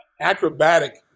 acrobatic